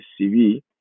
CV